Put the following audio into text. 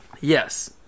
Yes